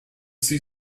see